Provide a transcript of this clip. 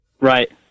Right